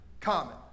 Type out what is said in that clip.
common